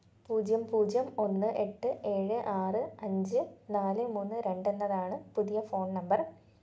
പൂജ്യം പൂജ്യം ഒന്ന് എട്ട് ഏഴ് ആറ് അഞ്ച് നാല് മൂന്ന് രണ്ട് എന്നതാണ് പുതിയ ഫോണ് നമ്പര്